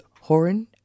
Horan